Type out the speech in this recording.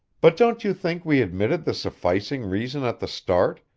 but don't you think we admitted the sufficing reason at the start,